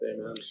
Amen